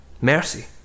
Mercy